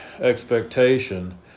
expectation